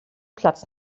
platz